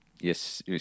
Yes